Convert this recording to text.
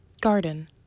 Garden